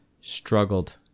Struggled